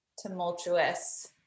tumultuous